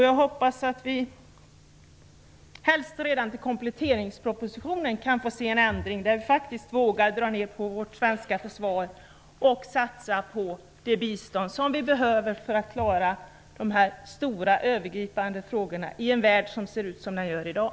Jag hoppas att vi, helst redan till kompletteringspropositionen, kan få se en ändring där vi faktiskt vågar dra ner på vårt svenska försvar och satsa på det bistånd som vi behöver för att klara de stora övergripande frågorna i en värld som ser ut som den gör i dag.